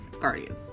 guardians